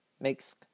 makes